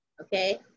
okay